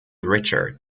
richard